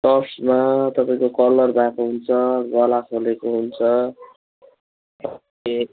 टप्समा तपाईँको कल्लर भएको हुन्छ गला खोलेको हुन्छ